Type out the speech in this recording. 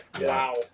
Wow